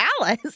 Alice